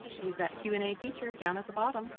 use that q and a feature down at the bottom.